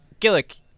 Gillick